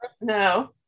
No